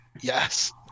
yes